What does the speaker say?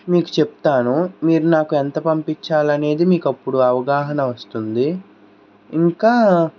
మీకు చెప్తాను మీరు నాకు ఎంత పంపించాలనేది మీకు అప్పుడు అవగాహన వస్తుంది ఇంకా